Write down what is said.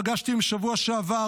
פגשתי בשבוע שעבר,